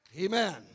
Amen